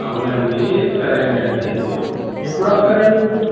అవునాండి సరేనండి ఎప్పుడొస్తారండి మీరు